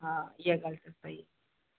हा इहा ॻाल्हि त सही